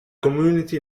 community